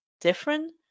different